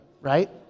right